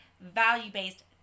value-based